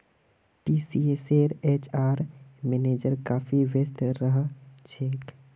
टीसीएसेर HR manager काफी व्यस्त रह छेक